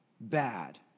bad